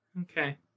Okay